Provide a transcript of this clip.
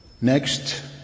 Next